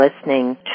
listening